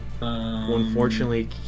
unfortunately